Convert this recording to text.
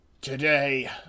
Today